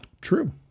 True